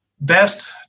best